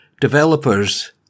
developers